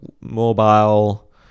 mobile